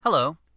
Hello